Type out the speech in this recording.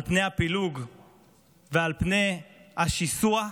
על פני הפילוג ועל פני השיסוע,